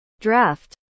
draft